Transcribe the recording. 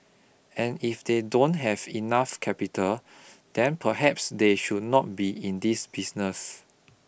and if they don't have enough capital then perhaps they should not be in this business